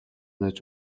байж